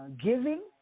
giving